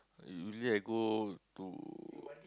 usually I go to